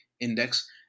index